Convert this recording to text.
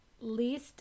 least